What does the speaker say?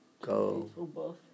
go